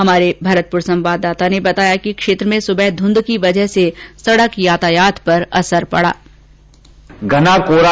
हमारे भरतपुर संवाददाता ने बताया कि क्षेत्र में सुबह ध्रंध की वजह से सड़क यातायात प्रभावित रहा